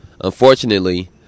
Unfortunately